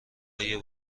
آیا